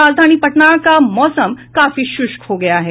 राजधानी पटना का मौसम काफी शुष्क हो गया है